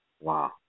Wow